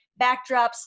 backdrops